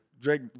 Drake